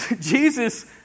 Jesus